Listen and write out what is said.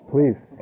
Please